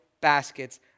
baskets